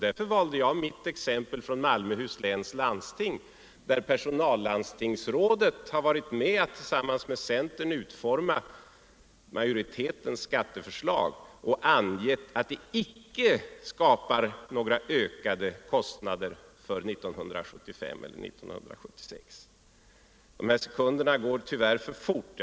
Därför valde jag mitt exempel från Malmöhus läns landsting, där personallandstingsrådet varit med om att tillsammans med centern utforma majoritetens skatteförslag och angett att det icke skapar några ökade kostnader för 1975 eller 1976. Sekunderna för ett kort genmäle går tyvärr för fort.